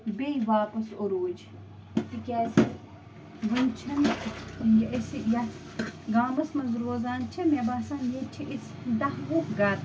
بیٚیہِ واپس عروٗج تِکیٛازِ وَنہِ چھَنہٕ یہِ أسہِ یَتھ گامس منٛز روزان چھِ مےٚ باسان ییٚتہِ چھِ أسۍ دَہ وُہ گَر